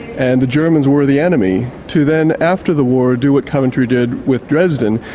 and the germans were the enemy, to then after the war, do what coventry did with dresden,